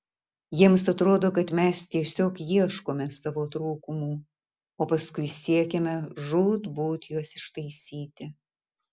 jiems atrodo kad mes tiesiog ieškome savo trūkumų o paskui siekiame žūtbūt juos ištaisyti